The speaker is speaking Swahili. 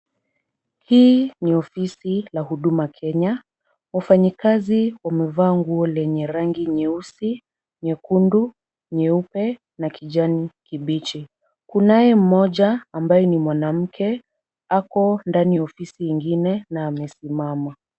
Hii ni ofisi la huduma Kenya. Wafanyikazi wamevaa nguo lenye rangi nyeusi, nyekundu, nyeupe na kijani kibichi. Kunaye mmoja ambaye ni mwanamke, ako ndani ya ofili ingine na amesimama.